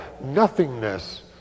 nothingness